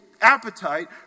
appetite